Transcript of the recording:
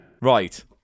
right